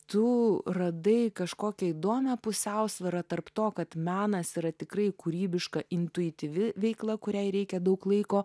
tu radai kažkokią įdomią pusiausvyrą tarp to kad menas yra tikrai kūrybiška intuityvi veikla kuriai reikia daug laiko